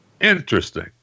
Interesting